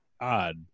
odd